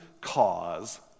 cause